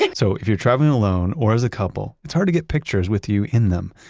like so if you're traveling alone or as a couple, it's hard to get pictures with you in them.